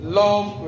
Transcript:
love